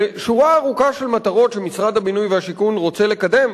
לשורה ארוכה של מטרות שמשרד הבינוי והשיכון רוצה לקדם,